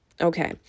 okay